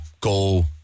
go